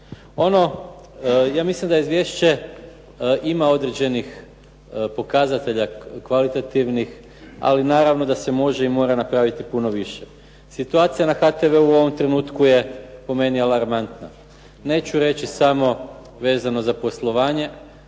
Ono ja mislim da izvješće ima određenih pokazatelja kvalitativnih ali naravno da se mora i može napraviti puno više. Situacija na HTV-u je u ovom trenutku je po meni alarmantna. Neću reći samo vezano za poslovanje,